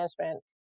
management